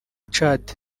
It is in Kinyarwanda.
chad